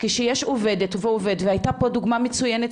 כשיש עובדת ועובד והייתה פה דוגמא מצוינת